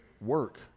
Work